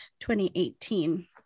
2018